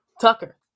Tucker